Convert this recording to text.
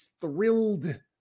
thrilled